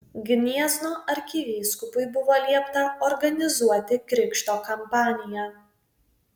gniezno arkivyskupui buvo liepta organizuoti krikšto kampaniją